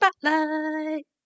Spotlight